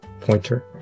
pointer